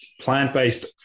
plant-based